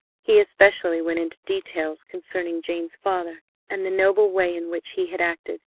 he especially went into details concerning jane's father and the noble way in which he had acted,